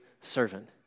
servant